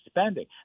spending